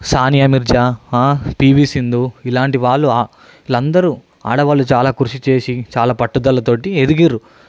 Sania Mirza PV Sindhu ఇలాంటి వాళ్ళు వీళ్ళందరూ అందరూ ఆడవాళ్లు చాలా కృషిచేసి చాలా పట్టుదలతోటి ఎదిగిండ్రు